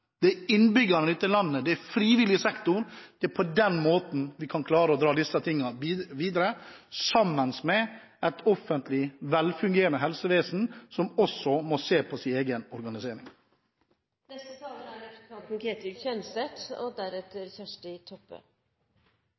er mennesker, innbyggerne i dette landet, frivillig sektor. Det er på denne måten vi kan klare å dra dette videre, sammen med et velfungerende offentlig helsevesen, som også må se på sin egen organisering.